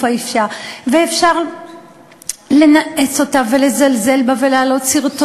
האישה ואפשר לנאץ אותה ולזלזל בה ולהעלות סרטונים,